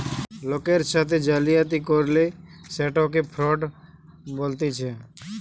লোকের সাথে জালিয়াতি করলে সেটকে ফ্রড বলতিছে